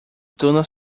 dunas